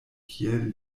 kiel